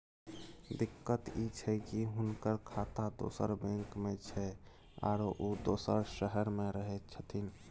दिक्कत इ छै की हुनकर खाता दोसर बैंक में छै, आरो उ दोसर शहर में रहें छथिन